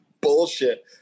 bullshit